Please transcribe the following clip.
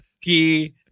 key